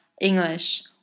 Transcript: English